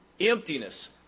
Emptiness